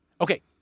Okay